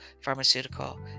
pharmaceutical